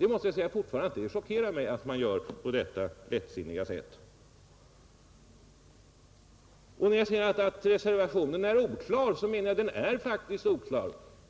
måste jag säga är chockerande. Vidare har jag sagt att reservationen är oklar, och det är den faktiskt.